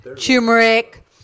turmeric